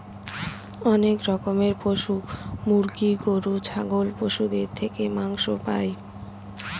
অনেক রকমের পশু মুরগি, গরু, ছাগল পশুদের থেকে মাংস পাই